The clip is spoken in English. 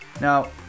Now